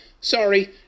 Sorry